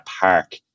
park